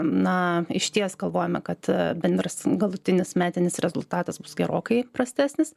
na išties galvojame kad bendras galutinis metinis rezultatas bus gerokai prastesnis